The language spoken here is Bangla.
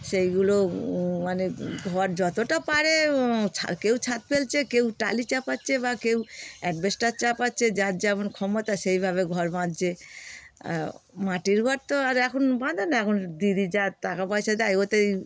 সেগুলো মানে ঘর যতটা পারে ছা কেউ ছাদ ফেলছে কেউ টালি চাপাচ্ছে বা কেউ অ্যাসবেস্টস চাপাচ্ছে যার যেমন ক্ষমতা সেভাবে ঘর বাঁধছে মাটির ঘর তো আর এখন বাঁধে না এখন দিদি যা টাকা পয়সা দেয় ওতেই